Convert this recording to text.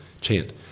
chant